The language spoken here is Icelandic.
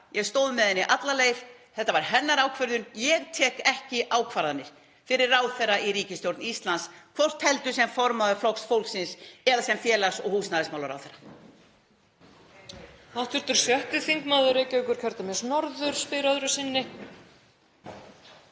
Ég stóð með henni alla leið. Þetta var hennar ákvörðun. Ég tek ekki ákvarðanir fyrir ráðherra í ríkisstjórn Íslands, hvort heldur sem formaður Flokks fólksins eða sem félags- og húsnæðismálaráðherra.